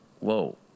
whoa